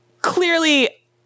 clearly